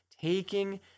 taking